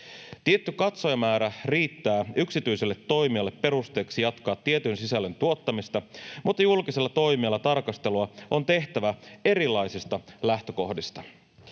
Tietty katsojamäärä riittää yksityiselle toimijalle perusteeksi jatkaa tietyn sisällön tuottamista, mutta julkisella toimijalla tarkastelua on tehtävä erilaisista lähtökohdista.